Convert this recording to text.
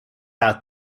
out